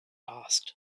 asked